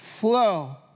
flow